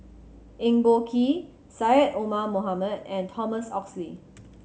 Eng Boh Kee Syed Omar Mohamed and Thomas Oxley